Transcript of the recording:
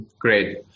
Great